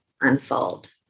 unfold